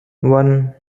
one